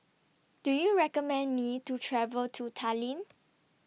Do YOU recommend Me to travel to Tallinn